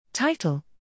Title